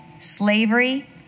Slavery